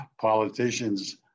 politicians